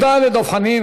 תודה לדב חנין.